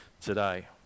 today